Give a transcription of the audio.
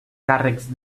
càrrecs